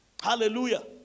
Hallelujah